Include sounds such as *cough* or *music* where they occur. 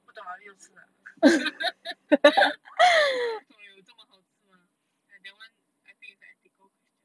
不懂 lah 我没有吃 lah *laughs* 我不懂有这么好吃嘛 that one I think is a ethical question